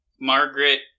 Margaret